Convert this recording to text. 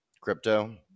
crypto